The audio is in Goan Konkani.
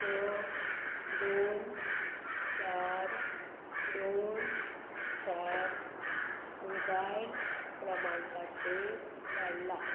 स दोन चार दोन चार मोबायल क्रमांकाचेर धाडला